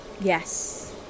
Yes